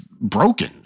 broken